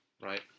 Right